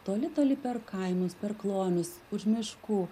toli toli per kaimus per klonius už miškų